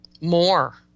more